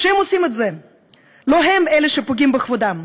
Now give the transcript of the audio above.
כשהם עושים את זה לא הם אלה שפוגעים בכבודם,